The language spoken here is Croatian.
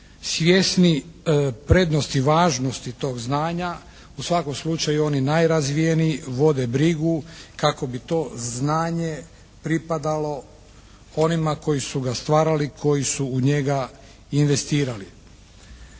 Svjesni prednosti i važnosti tog znanja u svakom slučaju oni najrazvijeniji vode brigu kako bi to znanje pripadalo onima koji su ga stvarali, koji su u njega investirali.